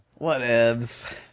whatevs